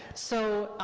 so.